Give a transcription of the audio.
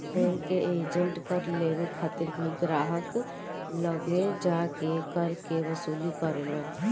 bank के agent कर लेवे खातिर भी ग्राहक लगे जा के कर के वसूली करेलन